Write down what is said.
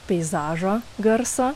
peizažo garso